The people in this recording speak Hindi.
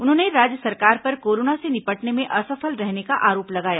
उन्होंने राज्य सरकार पर कोरोना से निपटने में असफल रहने का आरोप लगाया